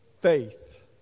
Faith